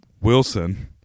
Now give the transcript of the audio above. Wilson